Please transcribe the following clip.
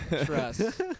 Trust